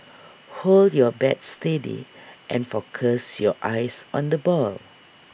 hold your bat steady and focus your eyes on the ball